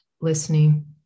listening